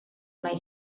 nahi